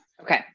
Okay